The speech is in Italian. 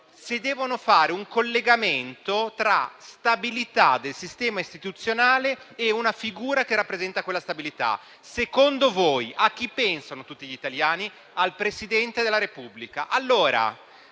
se devono fare un collegamento tra stabilità del sistema istituzionale e una figura che rappresenta quella stabilità. Secondo voi, a chi pensano tutti gli italiani? Al Presidente della Repubblica.